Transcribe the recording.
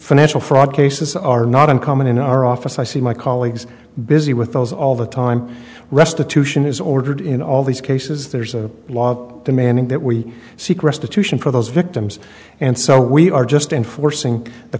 financial fraud cases are not uncommon in our office i see my colleagues busy with those all the time restitution is ordered in all these cases there's a law demanding that we seek restitution for those victims and so we are just enforcing the